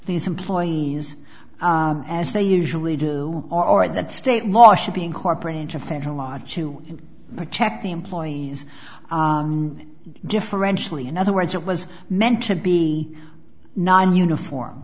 these employees as they usually do or that state law should be incorporated into federal law to protect the employees differentially in other words it was meant to be non uniform